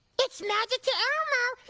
it's magic to elmo.